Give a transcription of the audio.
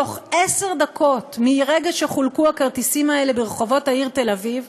בתוך עשר דקות מרגע שחולקו הכרטיסים האלה ברחובות העיר תל-אביב,